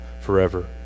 forever